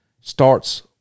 starts